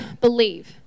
believe